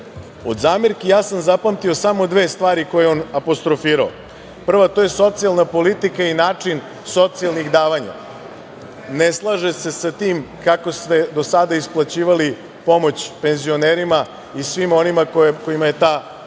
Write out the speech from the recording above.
od zamerki ja sam zapamtio samo dve stvari koje je on apostrofirao. Prvo, to je socijalan politika i način socijalnih davanja. Ne slaže se sa tim kako ste do sada isplaćivali pomoć penzionerima i svima onima kojima je ta pomoć